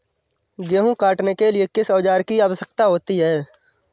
गेहूँ काटने के लिए किस औजार की आवश्यकता होती है?